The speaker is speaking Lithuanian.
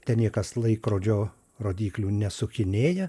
ten niekas laikrodžio rodyklių nesukinėja